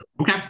Okay